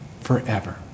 forever